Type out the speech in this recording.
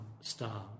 star